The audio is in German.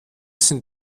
sind